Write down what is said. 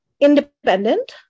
independent